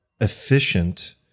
efficient